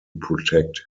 protect